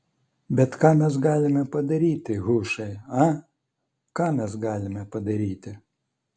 bet ką mes galime padaryti hušai a ką mes galime padaryti